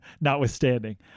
notwithstanding